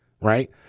Right